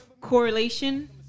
correlation